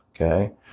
Okay